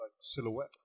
silhouette